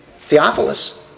Theophilus